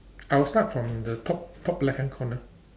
I will start from the top top left hand corner